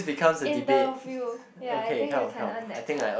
interview ya I think you can earn that card